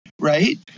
right